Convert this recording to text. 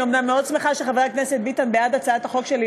אני אומנם מאוד שמחה שחבר הכנסת ביטן בעד הצעת החוק שלי,